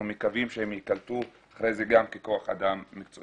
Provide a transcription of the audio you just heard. אנחנו מקווים שהם ייקלטו אחר כך גם ככוח אדם מקצועי.